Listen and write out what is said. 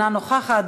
אינה נוכחת.